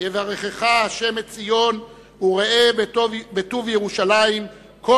"יברכך השם מציון וראה בטוב ירושלים כל